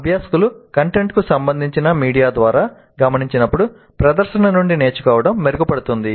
అభ్యాసకులు కంటెంట్కు సంబంధించిన మీడియా ద్వారా గమనించినప్పుడు ప్రదర్శన నుండి నేర్చుకోవడం మెరుగుపడుతుంది